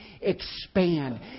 expand